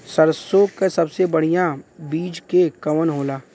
सरसों क सबसे बढ़िया बिज के कवन होला?